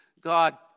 God